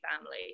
family